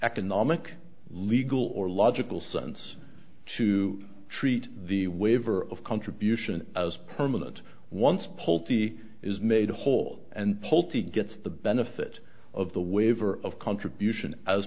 economic legal or logical sense to treat the waiver of contribution as permanent once pulte is made whole and pulte gets the benefit of the waiver of contribution as